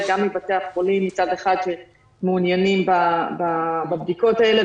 גם מבתי החולים מצד אחד שמעוניינים בבדיקות האלה,